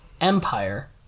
Empire